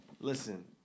listen